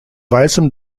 weißem